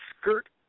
skirt